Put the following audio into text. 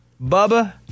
Bubba